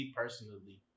personally